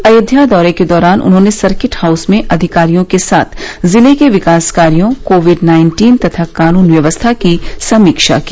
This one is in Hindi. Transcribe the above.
अयोध्या दौरे के दौरान उन्होंने सर्किट हाउस में अधिकारियों के साथ जिले के विकास कार्यो कोविड नाइन्टीन तथा कानून व्यवस्था की समीक्षा की